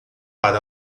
para